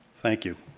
thank you.